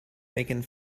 making